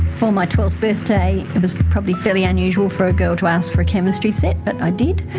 for my twelfth birthday, it was probably fairly unusual for a girl to ask for a chemistry set, but i did,